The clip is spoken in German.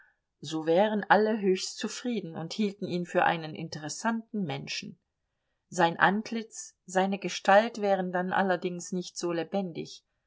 so wären alle höchst zufrieden und hielten ihn für einen interessanten menschen sein antlitz seine gestalt wären dann allerdings nicht so lebendig